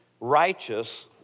righteous